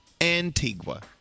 Antigua